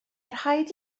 rhaid